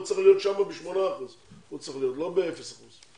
הוא צריך להיות שם בשמונה אחוזים ולא באפס אחוז.